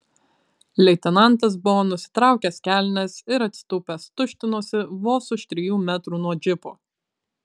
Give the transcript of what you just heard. leitenantas buvo nusitraukęs kelnes ir atsitūpęs tuštinosi vos už trijų metrų nuo džipo